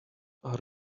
are